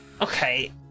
okay